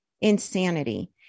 insanity